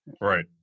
right